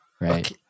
Right